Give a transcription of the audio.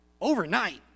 overnight